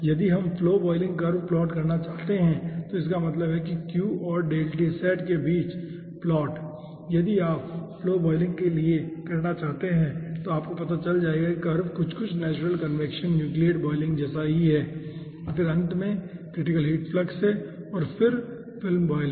यदि हम flow boiling curve plot करना चाहते हैं तो इसका मतलब है कि q और के बीच प्लॉट यदि आप फ्लो बॉयलिंग के लिए करना चाहते हैं तो आपको पता चल जाएगा कि कर्व कुछ कुछ नेचुरल कन्वेक्शन न्यूक्लियेट बॉयलिंग जैसा ही है और फिर अंत में क्रिटिकल हीट फ्लक्स है और फिर फिल्म बॉयलिंग